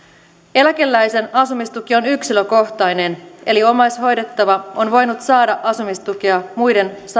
eläkeläisen asumistuki on yksilökohtainen eli omaishoidettava on voinut saada asumistukea muiden